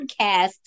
podcast